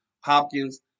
Hopkins